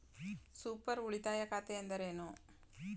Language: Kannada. ಸೂಪರ್ ಉಳಿತಾಯ ಖಾತೆ ಎಂದರೇನು?